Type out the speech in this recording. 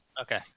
Okay